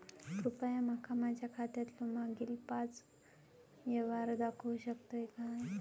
कृपया माका माझ्या खात्यातलो मागील पाच यव्हहार दाखवु शकतय काय?